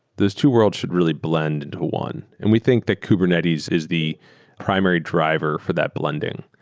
these two worlds should really blend into one. and we think that kubernetes is the primary driver for that blending.